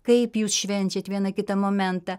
kaip jūs švenčiat vieną kitą momentą